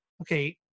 Okay